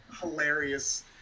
hilarious